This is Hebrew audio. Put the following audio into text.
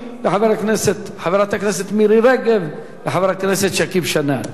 חבר הכנסת מיכאל בן-ארי וחברת הכנסת מירי רגב וחבר הכנסת שכיב שנאן.